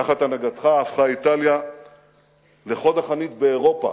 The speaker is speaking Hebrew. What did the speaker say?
תחת הנהגתך הפכה איטליה לחוד החנית באירופה